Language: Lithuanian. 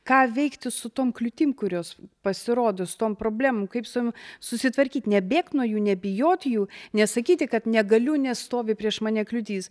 ką veikti su tom kliūtim kurios pasirodys tom problemom kaip su jom susitvarkyt nebėgt nuo jų nebijot jų nesakyti kad negaliu nes stovi prieš mane kliūtis